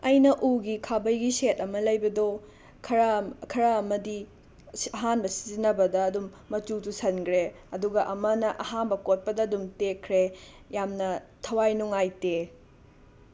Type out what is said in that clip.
ꯑꯩꯅ ꯎꯒꯤ ꯈꯥꯕꯩꯒꯤ ꯁꯦꯠ ꯑꯃ ꯂꯩꯕꯗꯣ ꯈꯔ ꯈꯔ ꯑꯃꯗꯤ ꯑꯍꯥꯟꯕ ꯁꯤꯖꯤꯟꯅꯕꯗ ꯑꯗꯨꯝ ꯃꯆꯨ ꯆꯨꯁꯟꯈ꯭ꯔꯦ ꯑꯗꯨꯒ ꯑꯃꯅ ꯑꯍꯥꯟꯕ ꯀꯣꯠꯄꯗ ꯑꯗꯨꯝ ꯇꯦꯛꯈ꯭ꯔꯦ ꯌꯥꯝꯅ ꯊꯋꯥꯏ ꯅꯨꯡꯉꯥꯏꯇꯦ